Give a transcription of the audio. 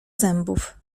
zębów